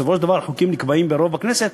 בסופו של דבר החוקים נקבעים ברוב בכנסת,